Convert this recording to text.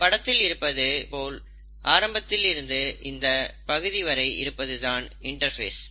இந்த படத்தில் இருப்பது போல் ஆரம்பத்திலிருந்து இந்த பகுதி வரை இருப்பதுதான் இன்டர்பேஸ்